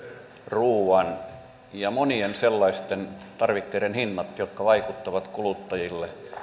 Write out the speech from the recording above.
ruuan ja monien sellaisten tarvikkeiden hinnat jotka vaikuttavat kuluttajiin